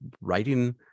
writing